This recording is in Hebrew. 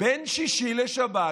בין שישי לשבת,